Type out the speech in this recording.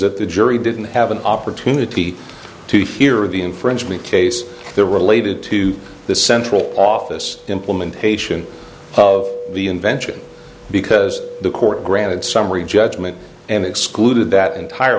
that the jury didn't have an opportunity to fear the infringement case there related to the central office implementation of the invention because the court granted summary judgment and excluded that entire